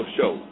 Show